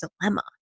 Dilemma